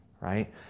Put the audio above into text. right